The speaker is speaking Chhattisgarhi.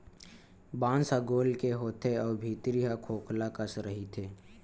बांस ह गोल के होथे अउ भीतरी ह खोखला कस रहिथे